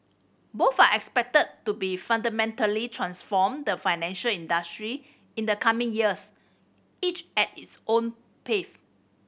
both are expected to be fundamentally transform the financial industry in the coming years each at its own pace